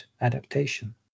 adaptation